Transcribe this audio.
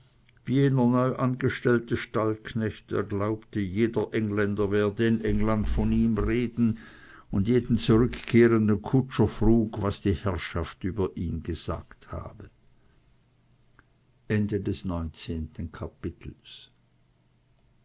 jener neu angestellte stallknecht der glaubte jeder engländer werde in england von ihm reden und jeden zurückkehrenden kutscher frug was die herrschaft über ihn gesagt habe